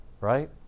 right